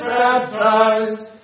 baptized